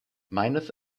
meines